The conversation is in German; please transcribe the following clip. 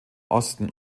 osten